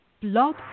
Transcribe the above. Blog